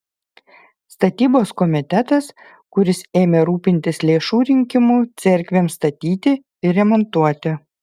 statybos komitetas kuris ėmė rūpintis lėšų rinkimu cerkvėms statyti ir remontuoti